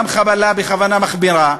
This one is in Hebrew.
גם חבלה בכוונה מחמירה,